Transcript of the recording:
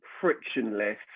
frictionless